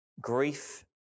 grief